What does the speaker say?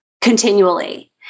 continually